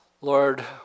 Lord